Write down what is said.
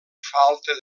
falta